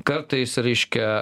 kartais reiškia